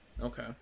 Okay